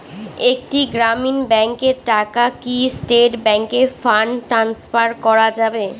একটি গ্রামীণ ব্যাংকের টাকা কি স্টেট ব্যাংকে ফান্ড ট্রান্সফার করা যাবে?